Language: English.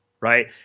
right